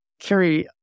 Kerry